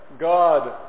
God